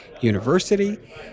University